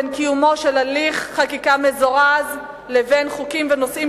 בין קיומו של הליך חקיקה מזורז לבין חוקים בנושאים